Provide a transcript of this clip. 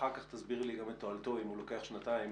תסבירי לי את תועלתו אם הוא לוקח שנתיים.